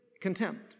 contempt